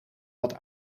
dat